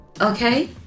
Okay